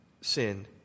sin